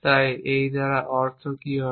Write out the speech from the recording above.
তাই এই দ্বারা অর্থ কি হবে